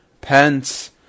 Pence